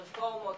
רפורמות,